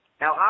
Now